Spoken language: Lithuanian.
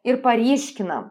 ir paryškinam